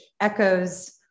echoes